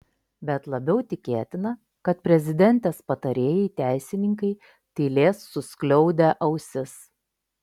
bet labiau tikėtina kad prezidentės patarėjai teisininkai tylės suskliaudę ausis